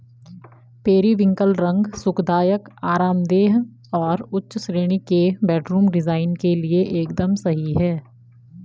periwinkle रंग सुखदायक, आरामदेह और उच्च श्रेणी के बेडरूम डिजाइन के लिए एकदम सही है